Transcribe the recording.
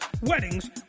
weddings